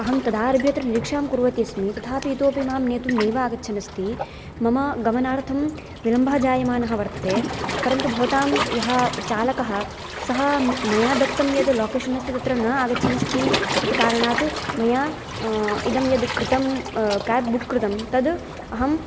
अहं तदारभ्य अत्र निराक्षां कुर्वती अस्मि तथापि इतोपि मां नेतुं नैव आगच्छन्नस्ति मम गमनार्थं विलम्बः जायमानः वर्तते परन्तु भवतां यः चालकः सः मया दत्तं यत् लोकेशन् अस्ति तत्र न आगच्छन्नस्ति इति कारणात् मया इदं यत् कृतं काब् बुक् कृतं तत् अहम्